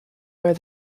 where